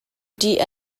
ṭih